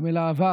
גם אל העבר.